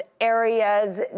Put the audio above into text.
areas